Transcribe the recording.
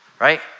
right